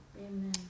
Amen